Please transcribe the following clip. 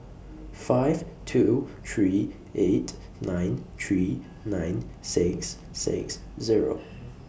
five two three eight nine three nine six six Zero